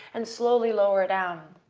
and slowly lower down.